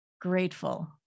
grateful